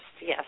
Yes